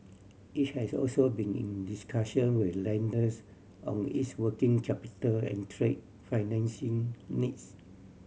it has also been in discussion with lenders on its working capital and trade financing needs